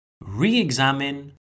re-examine